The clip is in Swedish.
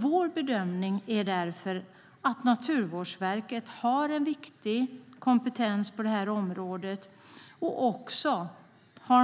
Vår bedömning är därför att Naturvårdsverket har en viktig kompetens på detta område och också